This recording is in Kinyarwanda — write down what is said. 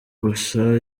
gusa